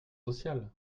social